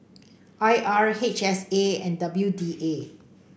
I R H S A and W D A